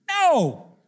No